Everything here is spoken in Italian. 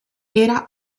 era